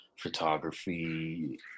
photography